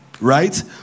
Right